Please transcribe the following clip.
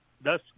thus